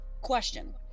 Question